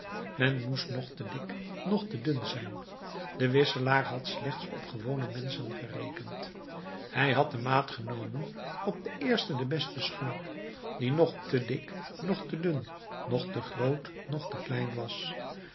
men moest noch te dik noch te dun zijn de wisselaar had slechts op gewone menschen gerekend hij had de maat genomen op den eersten den besten schurk die noch te dik noch te dun noch te groot noch te klein was